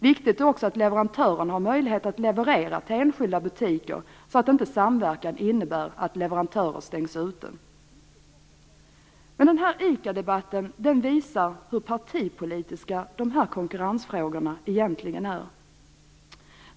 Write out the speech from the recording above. Viktigt är också att leverantören har möjlighet att leverera till enskilda butiker så att inte samverkan innebär att leverantörer stängs ute. Den här ICA-debatten visar hur partipolitiska dessa konkurrensfrågor egentligen är.